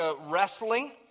wrestling